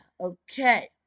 Okay